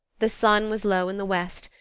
the sun was low in the west,